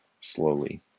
slowly